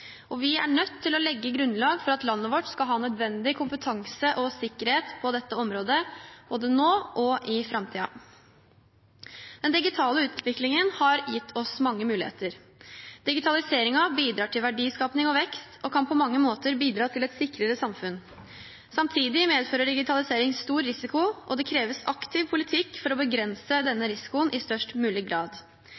og vi er nødt til å legge et grunnlag for at landet vårt skal ha nødvendig kompetanse og sikkerhet på dette området, både nå og i framtiden. Den digitale utviklingen har gitt oss mange muligheter. Digitaliseringen bidrar til verdiskaping og vekst, og kan på mange måter bidra til et sikrere samfunn. Samtidig medfører digitalisering stor risiko, og det kreves aktiv politikk for å begrense denne